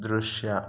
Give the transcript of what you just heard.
ದೃಶ್ಯ